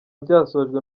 byasojwe